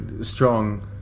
strong